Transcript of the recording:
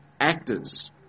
actors